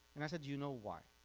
and i said you know why.